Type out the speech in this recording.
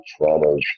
traumas